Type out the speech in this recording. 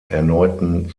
erneuten